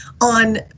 on